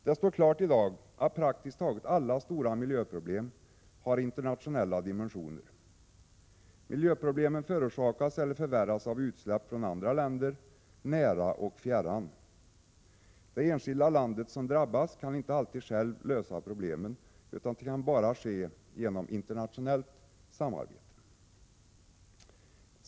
Det står i dag klart att praktiskt taget alla stora miljöproblem har internationella dimensioner. Miljöproblemen förorsakas eller förvärras av utsläpp från andra länder, nära och fjärran. Det enskilda landet som drabbas kan inte alltid självt lösa problemen, utan det kan bara ske genom internationellt samarbete.